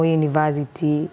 university